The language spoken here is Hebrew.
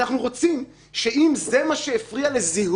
נגדיר מה שנגדיר.